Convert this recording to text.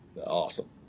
Awesome